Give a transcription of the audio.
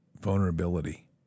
vulnerability